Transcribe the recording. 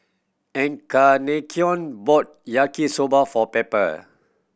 Encarnacion bought Yaki Soba for Pepper